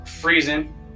freezing